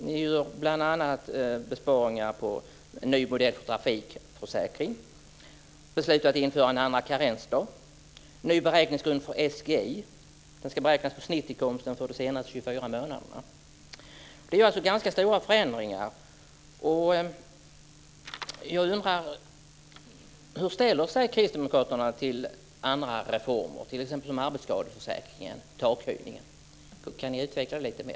Ni gör bl.a. besparingar genom en ny modell för trafikförsäkring, beslut att införa en andra karensdag och ny beräkningsgrund för SGI. Den ska beräknas på snittinkomsten för de senaste 24 månaderna. Det är alltså ganska stora förändringar. Hur ställer sig kristdemokraterna till andra reformer, t.ex. takhöjningen i arbetsskadeförsäkringen? Kan ni utveckla det lite mer.